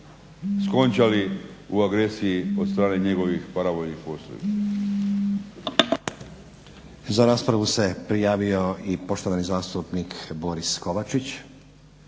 u agresiji od strane njegovih paravojnih postrojbi. **Stazić, Nenad (SDP)** Za raspravu se prijavio i poštovani zastupnik Boris Kovačić.